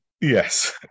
Yes